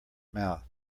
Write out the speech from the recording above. mouth